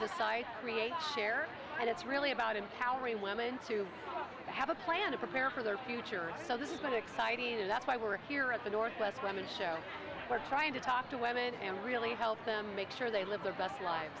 sysfs create fair and it's really about empowering women to have a plan to prepare for their future so this is an exciting and that's why we're here at the northwest running show we're trying to talk to women and really help them make sure they live their